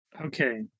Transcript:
okay